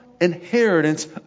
inheritance